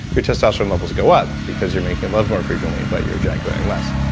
your testosterone levels go up because you're making love more frequently, but you're ejaculating less.